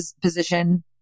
position